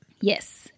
Yes